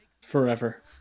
forever